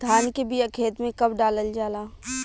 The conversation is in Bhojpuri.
धान के बिया खेत में कब डालल जाला?